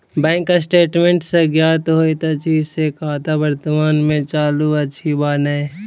bank statement सॅ ज्ञात होइत अछि जे खाता वर्तमान मे चालू अछि वा नै